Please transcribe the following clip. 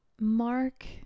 mark